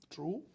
True